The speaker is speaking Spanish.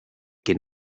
que